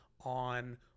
on